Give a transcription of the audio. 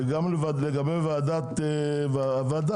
גם לגבי הוועדה,